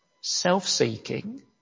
self-seeking